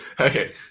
okay